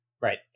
right